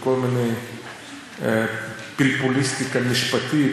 בכל מיני פלפוליסטיקה משפטית,